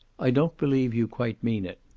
i don't believe you quite mean it.